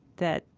that,